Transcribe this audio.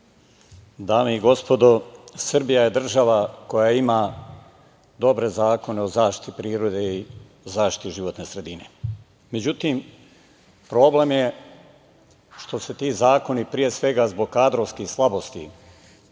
Dame i gospodo, Srbija je država koja ima dobre zakone o zaštiti prirode i o zaštiti životne sredine. Međutim, problem je što se ti zakoni pre svega zbog kadrovskih slabosti lokalnih